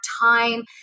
time